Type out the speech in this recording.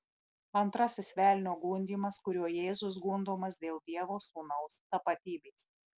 antrasis velnio gundymas kuriuo jėzus gundomas dėl dievo sūnaus tapatybės